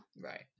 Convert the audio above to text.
Right